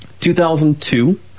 2002